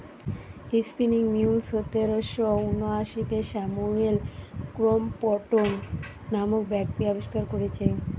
spinning mule সতেরশ ঊনআশিতে Samuel Crompton নামক ব্যক্তি আবিষ্কার কোরেছে